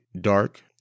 dark